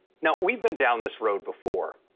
now, we've been down this road before.